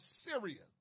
Syria